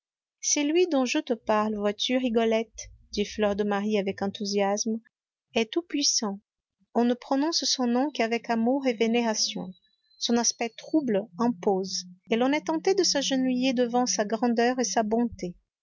celui dont je te parle vois-tu rigolette dit fleur de marie avec enthousiasme est tout-puissant on ne prononce son nom qu'avec amour et vénération son aspect trouble impose et l'on est tenté de s'agenouiller devant sa grandeur et sa bonté